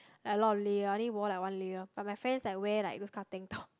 a lot of layer I only wore like one layer but my friends wear like those kind of tank top